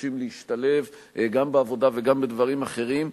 אנשים להשתלב גם בעבודה וגם בדברים אחרים,